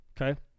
Okay